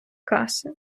каси